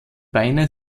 beine